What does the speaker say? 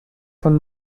von